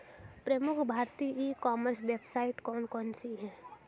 प्रमुख भारतीय e commerce website कौन कौन सी हैं?